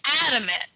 adamant